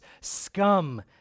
scum